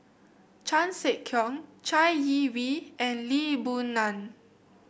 Chan Sek Keong Chai Yee Wei and Lee Boon Ngan